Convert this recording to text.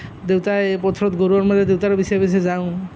দেউতাই পথাৰত গৰু আনিব দেউতাৰ পিছে পিছে যাওঁ